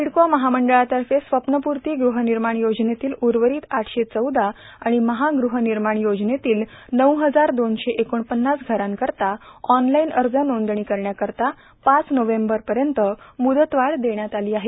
सिडको महामंडळातर्फे स्वप्नपूर्ती गृहनिर्माण योजनेतील उर्वरित आठशे चौदा आणि महाग़हनिर्माण योजनेतील नऊ हजार दोनशे एकोणपन्नास घरांकरिता ऑनलाईन अर्ज नोंदणी करण्याकरिता पाच नोव्हेंबर पर्यंत म्दतवाढ देण्यात आली आहे